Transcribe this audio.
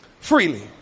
Freely